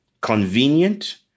convenient